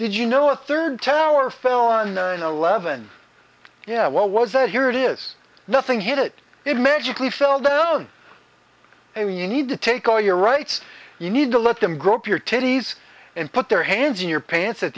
did you know a third tower fell on nine eleven yeah what was that here it is nothing hit it magically fell down i mean you need to take all your rights you need to let them grow up your titties and put their hands in your pants at